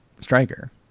striker